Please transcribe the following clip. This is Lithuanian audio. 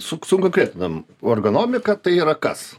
suk sukonkretinam va ergonomika tai yra kas